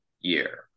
year